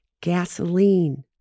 gasoline